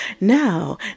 Now